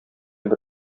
бер